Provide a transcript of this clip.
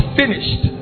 finished